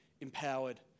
empowered